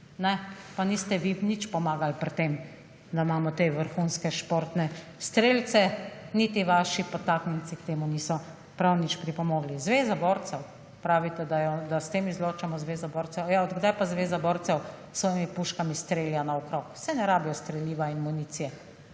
Pa niste vi nič pomagali pri tem, da imamo te vrhunske športne strelce niti vaši podtaknjenci k temu niso prav nič pripomogli. Zveza borcev, pravite, da s tem izločamo Zvezo borcev. Ja, od kdaj pa Zveza borcev s svojimi puškami strelja naokrog? Saj ne rabijo streliva in municije,